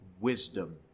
wisdom